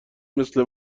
مثل